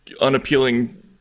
unappealing